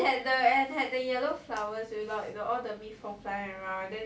then at the end have the yellow flowers where all the 蜜蜂 fly around [one] then